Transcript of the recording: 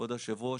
כבוד היושב-ראש,